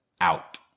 out